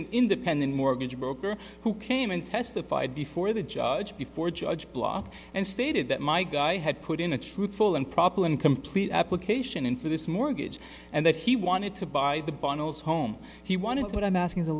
an independent mortgage broker who came in testified before the judge before judge blocked and stated that my guy had put in a truthful and proper and complete application in for this mortgage and that he wanted to buy the bottles home he wanted